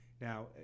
Now